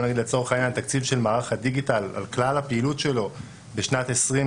לצורך העניין התקציב של מערך הדיגיטל על כלל הפעילות שלו לשנת 2022,